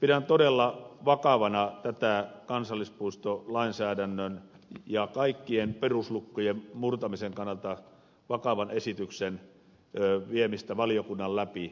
pidän todella vakavana tätä kansallispuistolainsäädännön ja kaikkien peruslukkojen murtamisen kannalta vakavan esityksen viemistä valiokunnan läpi